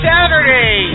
Saturday